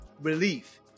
relief